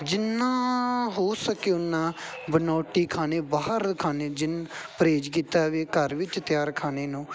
ਜਿੰਨਾਂ ਹੋ ਸਕੇ ਉੱਨਾਂ ਬਨੌਟੀ ਖਾਣੇ ਬਾਹਰ ਖਾਣੇ ਜਿਨ ਪਰਹੇਜ਼ ਕੀਤਾ ਵੇ ਘਰ ਵਿੱਚ ਤਿਆਰ ਖਾਣੇ ਨੂੰ